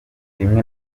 rimwe